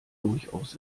durchaus